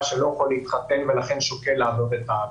הגאה שלא יכול להתחתן ולכן שוקל לעזוב את הארץ,